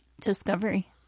Discovery